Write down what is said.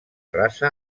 raça